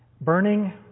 burning